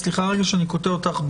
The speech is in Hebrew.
סליחה שאני קוטע אותך.